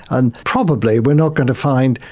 and probably we are not going to find,